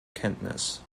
kenntnis